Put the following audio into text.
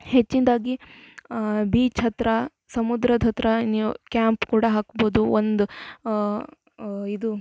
ಹೆಚ್ಚಿನದ್ದಾಗಿ ಆ ಬೀಚ್ ಹತ್ರ ಸಮುದ್ರದ ಹತ್ರ ನೀವು ಕ್ಯಾಂಪ್ ಕೂಡ ಹಾಕ್ಬೋದು ಒಂದು ಇದು